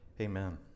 Amen